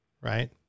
Right